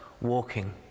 walking